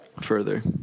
further